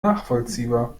nachvollziehbar